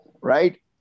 right